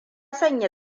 sanya